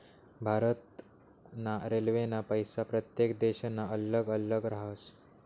भारत ना रेल्वेना पैसा प्रत्येक देशना अल्लग अल्लग राहस